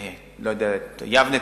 יבנה,